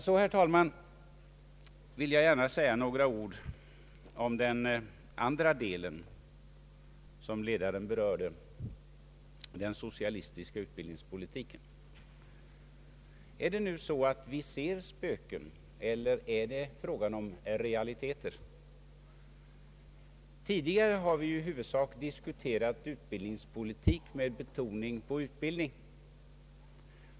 Så, herr talman, vill jag gärna säga några ord om den andra delen av ledaren, som berörde den socialistiska utbildningspolitiken. Är det så att vi ser spöken eller är det realiteter? Tidigare har vi ju i huvudsak kunnat diskutera utbildningspolitik med betoningen på utbildning.